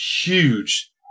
huge